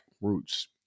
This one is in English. roots